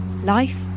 Life